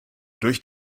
durch